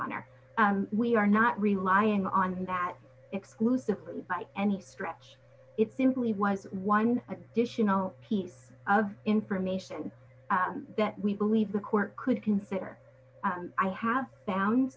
honor we are not relying on that exclusively by any stretch it simply was one additional piece of information that we believe the court could consider and i have found